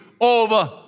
over